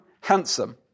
handsome